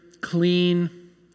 clean